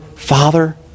Father